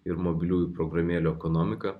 ir mobiliųjų programėlių ekonomiką